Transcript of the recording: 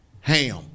Ham